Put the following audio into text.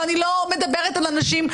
ואני לא מדברת על אנשים,